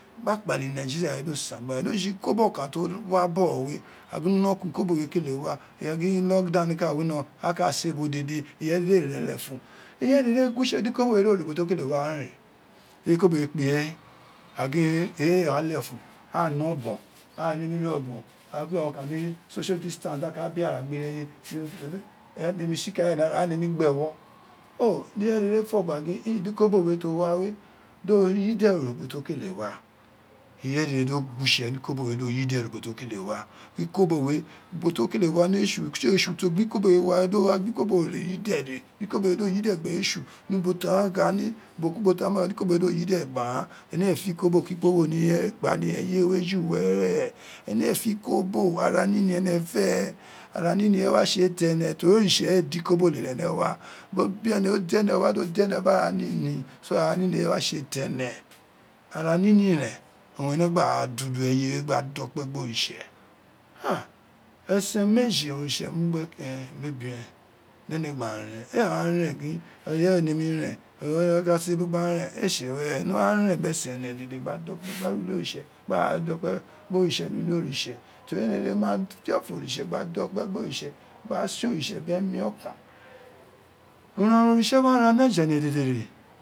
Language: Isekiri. Pa kpule nigeria do san gba ghan otsitsi kobo okan to wino gba bogho we a gin gin inoku kobo we kele wa a gin lock down ka wino aka se ubo dede ireye dede ee ren legun ireye dede re gwo itse di boko wo do re uko to o kele wa wen re ten i kolo we kpu irage a gin ireye ee da wa lefun aa na obon aa nemi re obon, agin urun oka neyi socail distance di a ka bian gbe ireye, aghan ee nemi gberou bo di ireye dede do gwi tse di ikobo we yi de re ubo ti o kele wu, gin ikobo we ubo ti wo kele wa ni, gin etsu ti o gbe ikobo we wa we dikobo we yide re di ikobo we do yide gbe tsu ni ubo kubo ti a aghan magha di ikobo we di o yede gha ghan, ene ee fe ikobo ki iboko ara nini owun ene fe teri gin oritse ee koba ikobo lele ene wa, biri o dene do de ne biri ara nini so ara nini ee wa tse tere ara nini ren owun ene wa gha do udo efe gba dokpe gbe oritse, esen meji gberu gba ren ene ee wa ren gin ee ren, ene wa abu gba ren, ene wa ren bin esen ene dede, gba ra do kpe gbe oritse ten ene dede malo fiofo oritse gba dokpe gboritse gba sen juma ori tse biri emi okan, uranran oritse wa ran ni egbele mefi ene dede